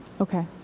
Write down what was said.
Okay